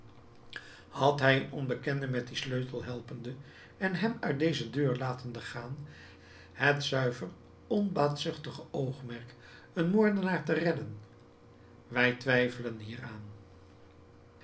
had hij een onbekende met dien sleutel helpende en hem uit deze deur latende gaan het zuiver onbaatzuchtige oogmerk een moordenaar te redden wij twijfelen hieraan